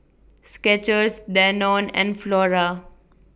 Skechers Danone and Flora